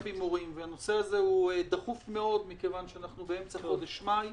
הנושא הזה דחוף מאוד כיוון שאנחנו באמצע חודש מאי.